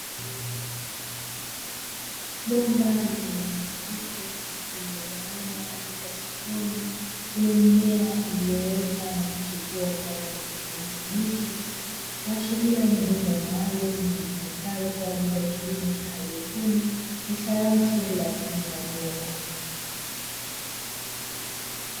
Bomba lenye rangi nyeupe limegawanya katika sehemu yenye mimea iliyoota na kuchukua kwa rangi ya kijani kibichi kuashiria ni bomba maalum litumikalo kwa ajili yakilimo cha haidroponi ya sayansi bila kutumia udongo.